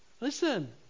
Listen